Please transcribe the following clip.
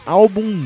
álbum